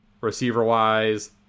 Receiver-wise